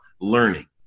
learning